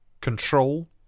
Control